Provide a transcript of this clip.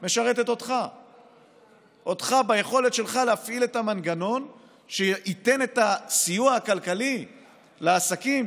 משרתת אותך ביכולת שלך להפעיל את המנגנון שייתן את הסיוע הכלכלי לעסקים